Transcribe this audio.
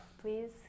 please